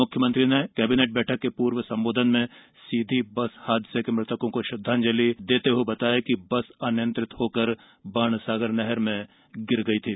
मुख्यमंत्री ने कबिनेट बठक के पूर्व सम्बोधन में सीधी बस हादसे के मृतकों को श्रद्धांजलि देते हुए बताया कि बस अनियंत्रित होकर बाणसागर नहर में गिर गई थी